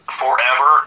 forever